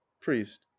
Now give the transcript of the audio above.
priest